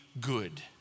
good